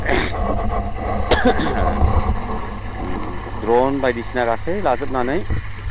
drone बायदिसिना गासै लाजोबनानै